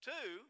Two